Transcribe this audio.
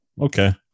okay